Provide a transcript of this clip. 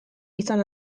izan